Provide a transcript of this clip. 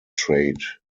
trade